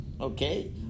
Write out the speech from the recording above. okay